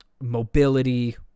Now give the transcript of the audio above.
mobility